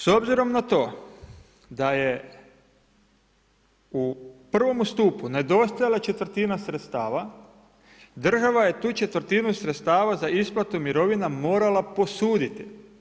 S obzirom na to da je u prvomu stupu nedostajala četvrtina sredstava, država je tu četvrtinu sredstava za isplatu mirovina morala posuditi.